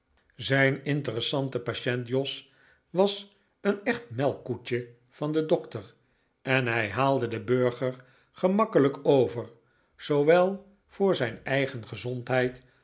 zijn interessante patient jos was een echt melkkoetje van den dokter en hij haalde den burger gemakkelijk over zoowel voor zijn eigen gezondheid